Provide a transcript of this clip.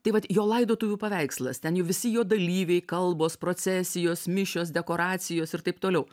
tai vat jo laidotuvių paveikslas ten jo visi jo dalyviai kalbos procesijos mišios dekoracijos ir taip toliau